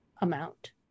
amount